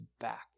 back